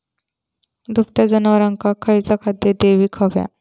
दुभत्या जनावरांका खयचा खाद्य देऊक व्हया?